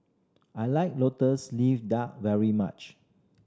I like Lotus Leaf Duck very much